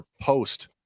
post